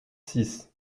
six